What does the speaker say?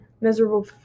miserable –